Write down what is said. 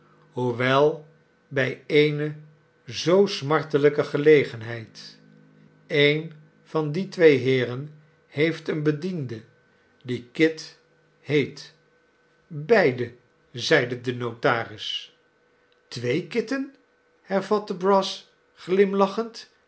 hoewel bij eene zoo smartelijke gelegenheid een van die twee heeren heeft een bediende die kit heet beide zeide de notaris twee kitten hervatte brass glimlachend